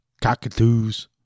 cockatoos